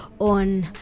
on